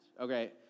okay